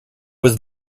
was